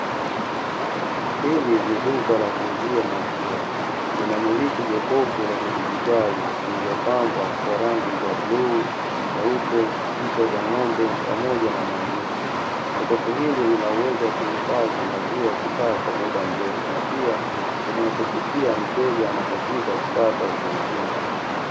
Hili ni duka la kuuzia maziwa, linamiliki jokofu la kidigitali lililopambwa kwa rangi za bluu, nyeupe, picha za ng'ombe pamoja na maandishi. Jokofu hili lina uwezo wa kuhifadhi maziwa kukaa kwa muda mrefu na pia kumwepesishia mteja anapofika kupata huduma hii.